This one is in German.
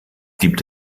gibt